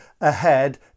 ahead